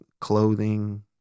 clothing